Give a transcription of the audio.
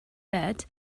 bed